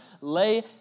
Lay